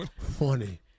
funny